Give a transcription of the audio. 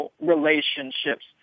relationships